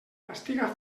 castiga